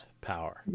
Power